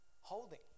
holding